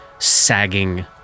sagging